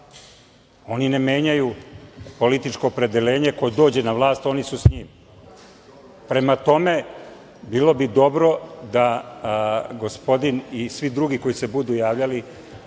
Oni ne menjaju političko opredeljenje - ko dođe na vlast, oni su s njim. Prema tome, bilo bi dobro da gospodin i svi drugi koji se budu javljali